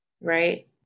right